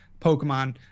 pokemon